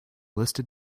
listed